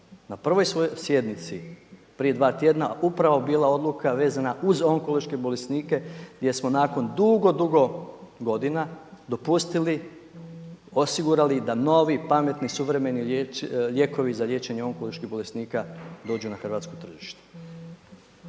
na prvoj svojoj sjednici upravo bila odluka vezana uz onkološke bolesnike gdje smo nakon dugo, dugo godina dopustili, osigurali da novi, pametni, suvremeni lijekovi za liječenje onkoloških bolesnika dođu na hrvatsko tržište.